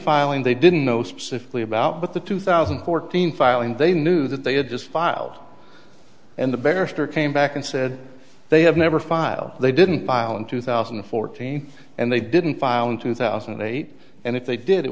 filing they didn't know specifically about but the two thousand and fourteen filing they knew that they had just filed and the barrister came back and said they have never filed they didn't file in two thousand and fourteen and they didn't file in two thousand and eight and if they did it